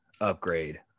upgrade